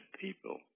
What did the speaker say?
people